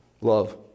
Love